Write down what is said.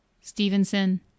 Stevenson